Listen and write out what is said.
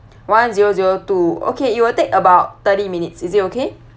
one zero zero two okay it will take about thirty minutes is it okay